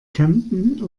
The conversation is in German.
kempten